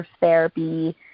therapy